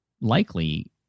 likely